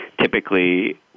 Typically